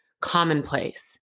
commonplace